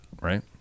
Right